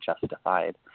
justified